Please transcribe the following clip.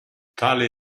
tale